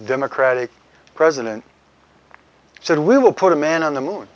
democratic president said we will put a man on the moon